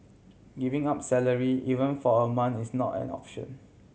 giving up salary even for a month is not an option